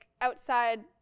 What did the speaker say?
outside